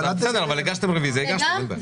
בסדר, אבל הגשתם רביזיה, הגשתם, אין בעיה.